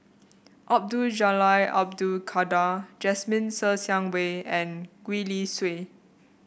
Abdul Jalil Abdul Kadir Jasmine Ser Xiang Wei and Gwee Li Sui